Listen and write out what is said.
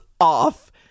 off